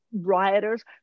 rioters